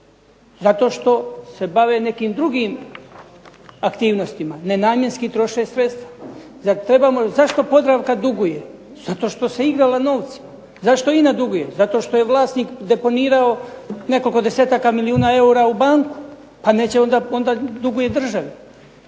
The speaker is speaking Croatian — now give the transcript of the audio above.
zato što se bave nekim drugim aktivnostima, nenamjenski troše sredstva, zar trebamo. Zašto "Podravka" duguje? Zato što se igrala novcima. Zašto INA duguje? Zato što je vlasnik deponirao nekoliko desetaka milijuna eura u banku. Pa neće onda, onda duguje državi.